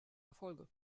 erfolge